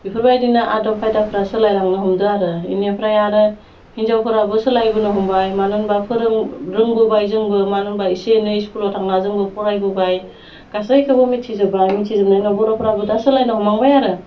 बेफोरबायदिनो आदब खायदाफ्रा सोलायलांनो हमदों आरो बेनिफ्राय आरो हिन्जावफ्राबो सोलायबोनो हमबाय मानो होनबा फोरों रोंबोबाय जोंबो मानो होनबा एसे एनै स्कुलाव थांना जोंबो फरायबोबाय गासैखैबो मिथिजोबबाय मिथिजोबनायनि उनाव बर'फ्राबो दा सोलायनो हमहांबाय आरो